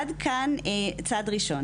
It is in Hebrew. עד כאן, צעד ראשון.